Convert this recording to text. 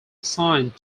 assigned